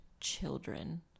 children